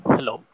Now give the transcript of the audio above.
Hello